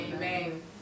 Amen